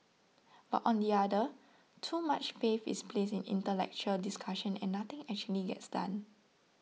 but on the other too much faith is placed in intellectual discussion and nothing actually gets done